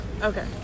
okay